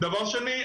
דבר שני,